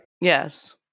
Yes